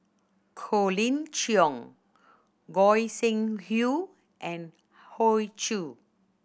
Colin Cheong Goi Seng Hui and Hoey Choo